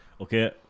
okay